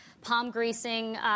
palm-greasing